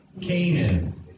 Canaan